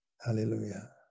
Hallelujah